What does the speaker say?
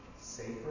safer